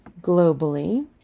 Globally